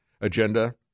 agenda